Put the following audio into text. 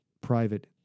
private